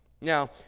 Now